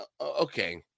okay